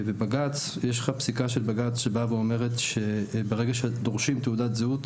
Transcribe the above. יש לך פסיקה של בג"ץ שבאה ואומרת שברגע שדורשים תעודת זהות,